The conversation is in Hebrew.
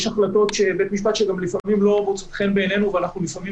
יש החלטות בית משפט שלפעמים גם לא מוצאות חן בעינינו ואנחנו לפעמים